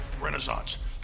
renaissance